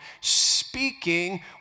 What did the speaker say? speaking